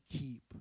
keep